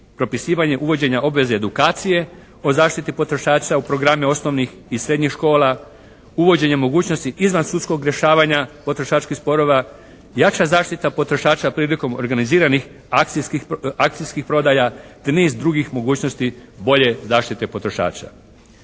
propisivanje uvođenja obveze edukacije o zaštiti potrošača u programe osnovnih i srednjih škola, uvođenje mogućnosti izvan sudskog rješavanja potrošačkih sporova, jača zaštita potrošača prilikom organiziranih akcijskih prodaja te niz drugih mogućnosti bolje zaštite potrošača.